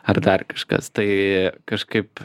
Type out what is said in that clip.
ar dar kažkas tai kažkaip